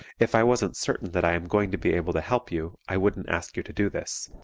if i wasn't certain that i am going to be able to help you i wouldn't ask you to do this.